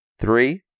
three